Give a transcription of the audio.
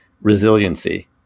resiliency